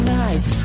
nice